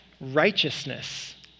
righteousness